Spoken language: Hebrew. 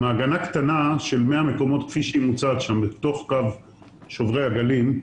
מעגנה קטנה של 100 מקומות כפי שהיא מוצעת שם אל תוך קו שוברי הגלים,